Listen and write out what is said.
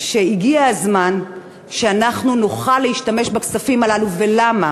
שהגיע הזמן שאנחנו נוכל להשתמש בכספים הללו, ולמה?